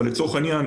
לצורך העניין,